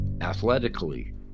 athletically